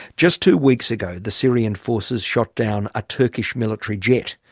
just two weeks ago the syrian forces shot down a turkish military jet.